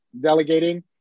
delegating